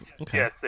Okay